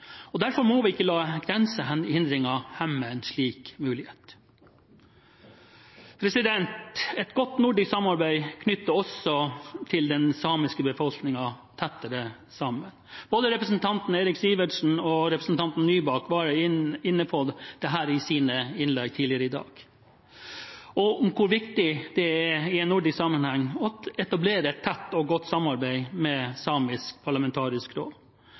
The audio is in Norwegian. Derfor må vi ikke la grensehindringer hemme en slik mulighet. Et godt nordisk samarbeid knytter også den samiske befolkningen tettere sammen. Både representanten Eirik Sivertsen og representanten Marit Nybakk var inne på dette i sine innlegg tidligere i dag: hvor viktig det er i nordisk sammenheng å etablere et godt og tett samarbeid med Samisk parlamentarisk råd.